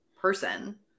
person